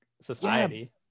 society